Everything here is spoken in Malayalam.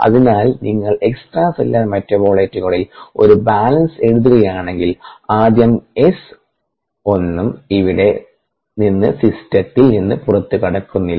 അതിനാൽ നിങ്ങൾ എക്സ്ട്രാ സെല്ലുലാർ മെറ്റബോളിറ്റുകളിൽ ഒരു ബാലൻസ് എഴുതുകയാണെങ്കിൽ ആദ്യം Sഒന്നും ഇവിടെ നിന്ന് സിസ്റ്റത്തിൽ നിന്ന് പുറത്തുകടക്കുന്നില്ല